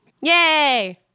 Yay